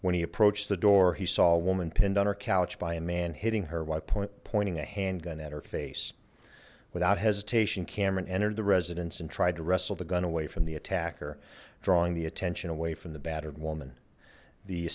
when he approached the door he saw a woman pinned on her couch by a man hitting her while pointing a handgun at her face without hesitation cameron entered the residence and tried to wrestle the gun away from the attacker drawing the attention away from the battered woman the